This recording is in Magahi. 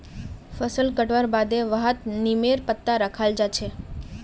फसल कटवार बादे वहात् नीमेर पत्ता रखाल् जा छे